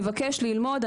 מבקש ללמוד,